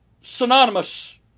synonymous